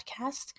podcast